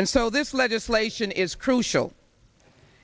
and so this legislation is crucial